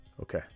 Okay